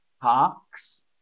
parks